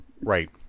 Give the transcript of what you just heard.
Right